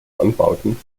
anbauten